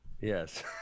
Yes